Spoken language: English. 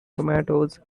tomatoes